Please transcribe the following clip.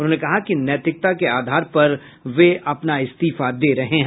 उन्होंने कहा कि नैतिकता के आधार पर वे अपना इस्तीफा दे रहे हैं